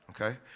Okay